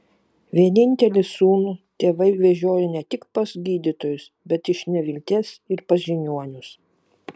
vienintelį sūnų tėvai vežiojo ne tik pas gydytojus bet iš nevilties ir pas žiniuonius